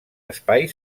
espai